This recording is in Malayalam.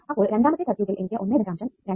അപ്പോൾ രണ്ടാമത്തെ സർക്യൂട്ടിൽ എനിക്ക് 1